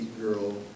girl